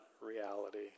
reality